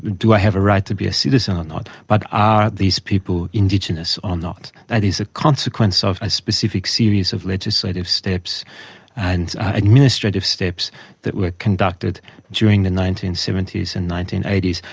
do i have a right to be a citizen or not but are these people indigenous or not? that is a consequence of a specific series of legislative steps and administrative steps that were conducted during the nineteen seventy s and nineteen eighty s,